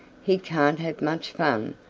he can't have much fun.